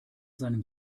seinem